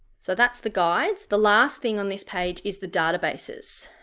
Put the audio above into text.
so that's the guides the last thing on this page is the databases.